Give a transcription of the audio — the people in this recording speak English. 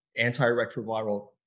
antiretroviral